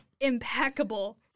impeccable